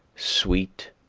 sweet,